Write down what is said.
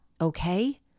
okay